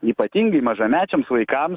ypatingai mažamečiams vaikams